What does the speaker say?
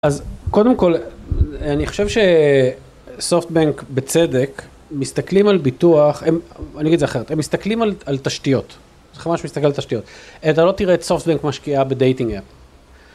אז קודם כל אני חושב שסופטבנק בצדק מסתכלים על ביטוח. אני אגיד את זה אחרת, הם מסתכלים על תשתיות. צריך ממש להסתכל על תשתיות, אתה לא תראה את סופטבנק משקיעה בדייטינג אפ.